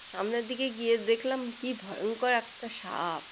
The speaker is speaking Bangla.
সামনের দিকে গিয়ে দেখলাম কী ভয়ঙ্কর একটা সাপ